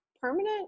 permanent